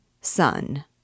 sun